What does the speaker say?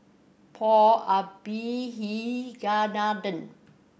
Paul Abisheganaden